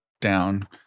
down